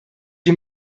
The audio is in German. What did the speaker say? wie